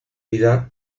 vida